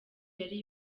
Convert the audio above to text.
yari